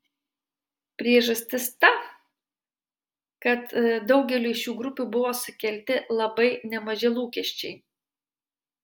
priežastis ta kad daugeliui šių grupių buvo sukelti labai nemaži lūkesčiai